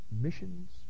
missions